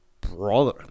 Brother